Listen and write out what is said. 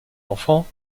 enfants